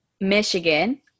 Michigan